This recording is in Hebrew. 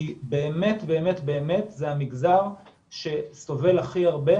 כי באמת זה המגזר שסובל הכי הרבה.